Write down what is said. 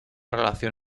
relación